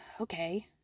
okay